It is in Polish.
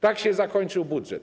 Tak się zakończył budżet.